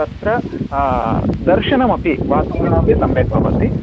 तत्र दर्शनमपि वातावरणमपि सम्यक् भवति